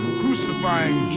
crucifying